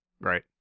Right